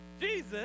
Jesus